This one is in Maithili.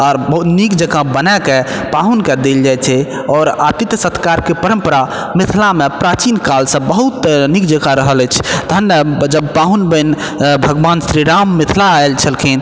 आओर नीक जकाँ बनायके पाहुनके देल जाइ छै आओर आतिथ्य सत्कारके परम्परा मिथिलामे प्राचीन कालसँ बहुत नीक जकाँ रहल अछि तहन ने जब पाहुन बनि भगवान श्री राम मिथिला आयल छलखिन